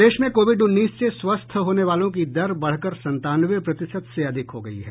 प्रदेश में कोविड उन्नीस से स्वस्थ होने वालों की दर बढ़कर संतानवे प्रतिशत से अधिक हो गई है